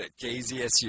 KZSU